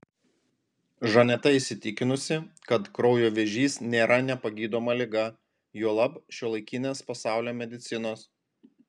žaneta įsitikinusi kad kraujo vėžys nėra nepagydoma liga juolab šiuolaikinės pasaulio medicinos